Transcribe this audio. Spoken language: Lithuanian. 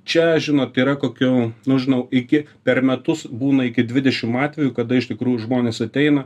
čia žinot yra kokių nu žinau iki per metus būna iki dvidešim atvejų kada iš tikrųjų žmonės ateina